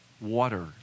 water